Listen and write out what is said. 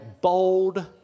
bold